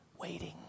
waiting